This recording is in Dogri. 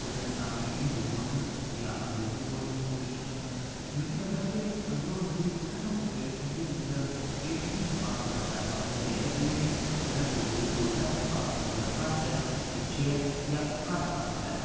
कुसै दे सामने हिंदी बोलङन जां अंग्रेजी बोलने दी कोशिश करङन मिगी लगदा ऐ जे अंदरो अंदरी कुतै न कुते उंदे अंदर एह् हीनभावना पैदा होई दी ऐ जे जेड़ा डोगरी बोलदा ऐ ओह् बाकियें कोला घट्ट ऐ पिच्छे ऐ जां घट्ट काबल ऐ